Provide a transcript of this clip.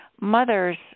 mothers